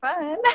fun